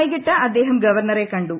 വൈകിട്ട് അദ്ദേഹം ഗവർണറെ കണ്ടു